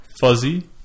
Fuzzy